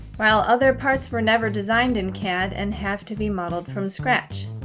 while other parts were never designed in cad and have to be modeled from scratch.